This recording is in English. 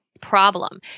problem